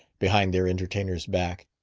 behind their entertainer's back.